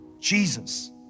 Jesus